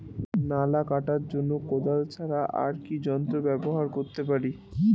নালা কাটার জন্য কোদাল ছাড়া আর কি যন্ত্র ব্যবহার করতে পারি?